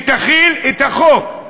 שתכיל את החוק.